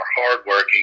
hardworking